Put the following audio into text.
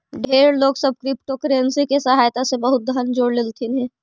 ढेर लोग सब क्रिप्टोकरेंसी के सहायता से बहुत धन जोड़ लेलथिन हे